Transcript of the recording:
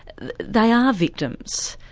they are victims,